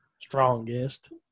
strongest